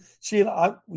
Sheila